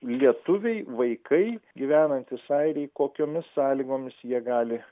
lietuviai vaikai gyvenantys airiai kokiomis sąlygomis jie gali